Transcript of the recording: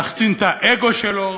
להחצין את האגו שלו